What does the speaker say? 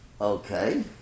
Okay